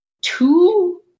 two